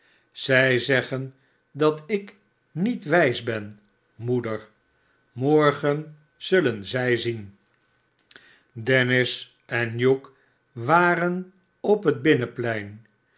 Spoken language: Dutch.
zij zeggen dat ik niet wijs ben moeder morgen zullen zij zien dennis en hugh waren op het